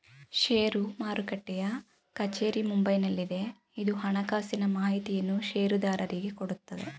ಷೇರು ಮಾರುಟ್ಟೆಯ ಕಚೇರಿ ಮುಂಬೈನಲ್ಲಿದೆ, ಇದು ಹಣಕಾಸಿನ ಮಾಹಿತಿಯನ್ನು ಷೇರುದಾರರಿಗೆ ಕೊಡುತ್ತದೆ